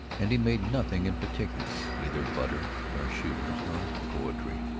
and he made nothing in particular, neither butter nor shoes nor poetry,